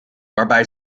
waarbij